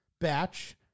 Batch